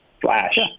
Flash